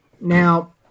Now